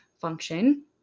function